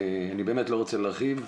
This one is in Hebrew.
אני באמת לא רוצה להרחיב,